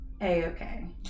a-okay